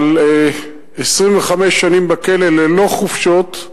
אבל 25 שנים בכלא ללא חופשות,